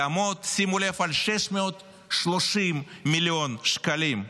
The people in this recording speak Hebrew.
שימו לב, יעמוד על 630 מיליון שקלים.